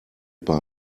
bei